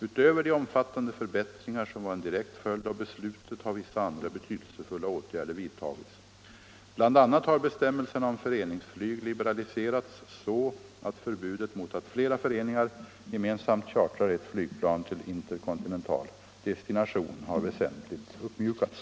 Utöver de omfattande förbättringar som var en direkt följd av beslutet har vissa andra betydelsefulla åtgärder vidtagits. BI. a. har bestämmelserna om föreningsflyg liberaliserats så att förbudet mot att flera föreningar gemensamt chartrar ett flygplan till interkontinental destination har väsentligt uppmjukats.